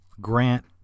Grant